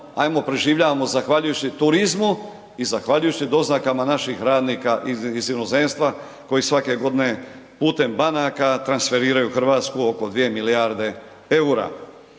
ajmo preživljavamo zahvaljujući turizmu i zahvaljujući doznakama naših radnika iz inozemstva koji svake godine putem banaka transferiraju Hrvatsku oko 2 milijarde EUR-a.